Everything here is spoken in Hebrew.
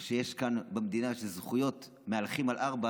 או שכאן במדינה זכויות המהלכים על ארבע